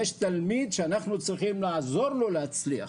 יש תלמיד שאנחנו צריכים לעזור לו להצליח,